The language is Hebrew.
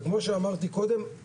וכמו שאמרתי קודם,